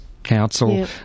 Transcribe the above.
Council